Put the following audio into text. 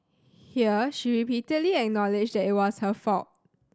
here she repeatedly acknowledged that it was her fault